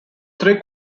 three